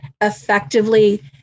effectively